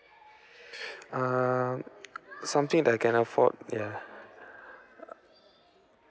um something that I can afford yeah